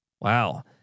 wow